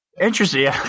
Interesting